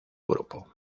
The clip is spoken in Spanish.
grupo